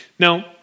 Now